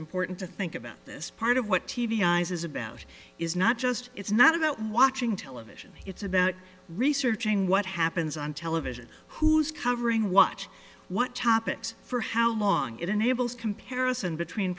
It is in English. important to think about this part of what t v this is about is not just it's not about watching television it's about researching what happens on television who's covering what what topics for how long it enables comparison between